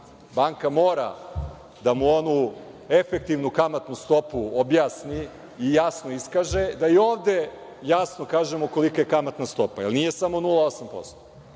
banka mora da mu onu efektivnu kamatu stopu objasni i jasno iskaže, da i ovde jasno kažemo kolika je kamatna stopa, jer nije samo 0,8%.